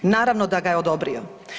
Naravno da ga je odobrio.